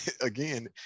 again